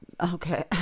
Okay